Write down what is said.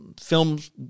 Films